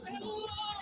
Hello